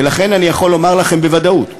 ולכן אני יכול לומר לכם בוודאות: